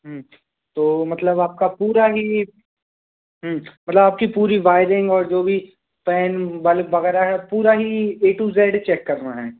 हूं तो मतलब आपका पूरा ही हूं मतलब आपकी पूरी वायरिंग और जो भी पैन बल्ब बगैरह है पूरा ही ए टू ज़ेड चेक करना है